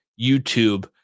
YouTube